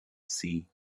sea